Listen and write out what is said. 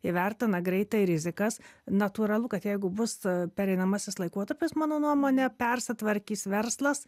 įvertina greitai rizikas natūralu kad jeigu bus pereinamasis laikotarpis mano nuomone persitvarkys verslas